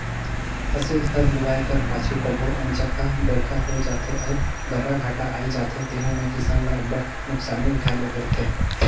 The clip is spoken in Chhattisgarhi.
फसिल हर लुवाए कर पाछू कभों अनचकहा बरिखा होए जाथे अउ गर्रा घांटा आए जाथे तेहू में किसान ल अब्बड़ नोसकानी उठाए ले परथे